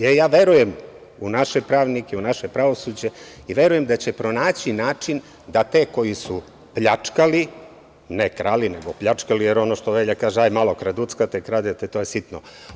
Ja verujem u naše pravnike, u naše pravosuđe i verujem da će pronaći način da te koji su pljačkali, ne krali, nego pljačkali, jer ono što Velja kaže – ajde malo kraduckate, to je sitno.